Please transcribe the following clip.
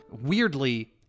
weirdly